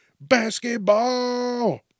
basketball